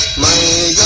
money